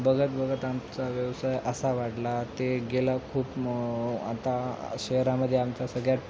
बघत बघत आमचा व्यवसाय असा वाढला ते गेला खूप मग आता शहरामध्ये आमचा सगळ्यात